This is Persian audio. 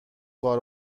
کار